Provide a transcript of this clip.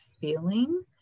feeling